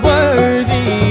Worthy